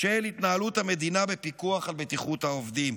של התנהלות המדינה בפיקוח על בטיחות העובדים.